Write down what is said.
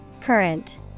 Current